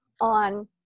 on